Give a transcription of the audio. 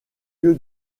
lieu